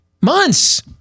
Months